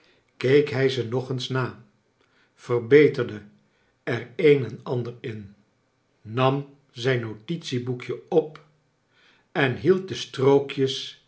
keek hij ze nog eens na verbeterde er een en ander in nam zijn notitieboekje op en hield de strookjes